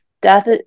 death